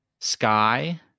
sky